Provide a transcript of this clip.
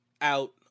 out